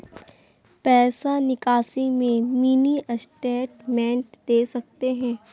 पैसा निकासी में मिनी स्टेटमेंट दे सकते हैं?